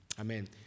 amen